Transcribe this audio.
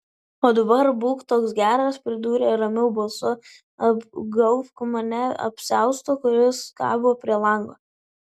o dabar būk toks geras pridūrė ramiu balsu apgaubk mane apsiaustu kuris kabo prie lango